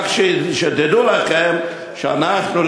רק שתדעו לכם שאנחנו,